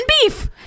beef